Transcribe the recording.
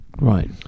Right